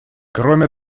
кроме